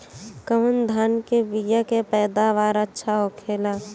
कवन धान के बीया के पैदावार अच्छा होखेला?